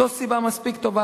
זו סיבה מספיק טובה,